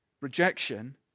Rejection